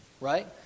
Right